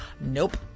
Nope